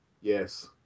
Yes